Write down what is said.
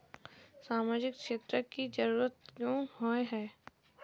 सामाजिक क्षेत्र की जरूरत क्याँ होय है?